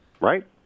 right